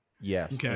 Yes